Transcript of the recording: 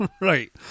Right